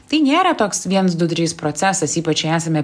tai nėra toks viens du trys procesas ypač jei esame